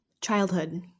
childhood